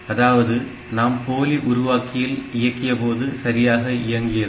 அதாவது நாம் போலி உருவாக்கியில் இயக்கியபோது சரியாக இயங்கியது